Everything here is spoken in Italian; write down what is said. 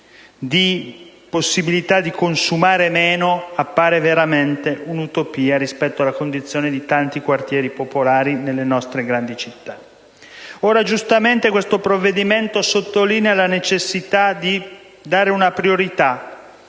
possibilità di consumare meno, appare veramente un'utopia rispetto alla condizione di tanti quartieri popolari nelle nostre grandi città. Giustamente questo provvedimento sottolinea la necessità di dare una priorità